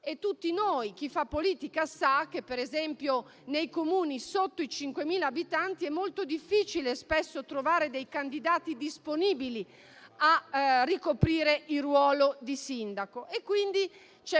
pragmatismo e chi fa politica sa che, per esempio, nei Comuni sotto i 5.000 abitanti è spesso molto difficile trovare candidati disponibili a ricoprire il ruolo di sindaco. Ci è quindi